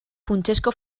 funtsezko